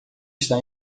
está